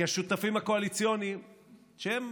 כי השותפים הקואליציוניים הם,